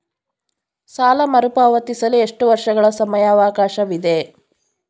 ಸಾಲ ಮರುಪಾವತಿಸಲು ಎಷ್ಟು ವರ್ಷಗಳ ಸಮಯಾವಕಾಶವಿದೆ?